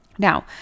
Now